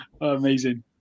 Amazing